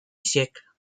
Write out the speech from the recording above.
siècle